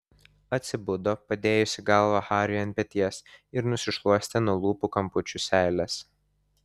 atsibudo padėjusi galvą hariui ant peties ir nusišluostė nuo lūpų kampučių seiles